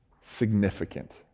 significant